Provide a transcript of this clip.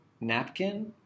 napkin